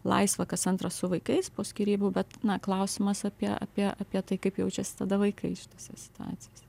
laisvą kas antrą su vaikais po skyrybų bet na klausimas apie apie apie tai kaip jaučiasi tada vaikai šitose situacijose